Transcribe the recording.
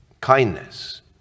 Kindness